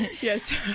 Yes